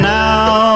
now